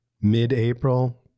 Mid-April